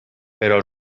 però